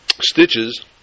Stitches